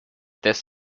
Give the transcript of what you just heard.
this